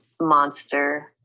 monster